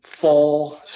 fall